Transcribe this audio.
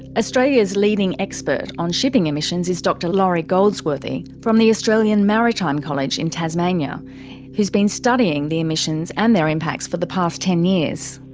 australia's leading expert on shipping emissions is dr laurie goldsworthy from the australian maritime college in tasmania who has been studying shipping emissions and their impacts for the past ten years.